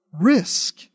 risk